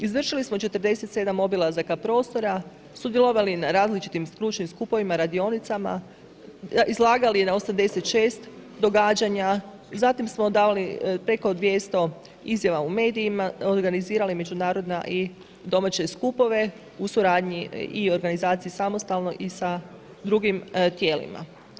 Izvršili smo 47 obilazaka prostora, sudjelovali na različitim stručnim skupovima, radionicama, izlagali na 86 događanja, zatim smo dali preko 200 izjava u medijima, organizirali međunarodna i domaće skupove u suradnji i organizaciji samostalno i sa drugim tijelima.